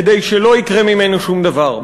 כדי שלא יקרה ממנו שום דבר.